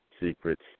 secrets